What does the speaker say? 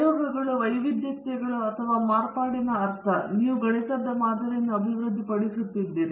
ಪ್ರಯೋಗಗಳು ವೈವಿಧ್ಯತೆಗಳು ಅಥವಾ ಮಾರ್ಪಾಡಿನ ಅರ್ಥ ಮತ್ತು ನೀವು ಗಣಿತದ ಮಾದರಿಯನ್ನು ಅಭಿವೃದ್ಧಿಪಡಿಸುತ್ತಿದ್ದೀರಿ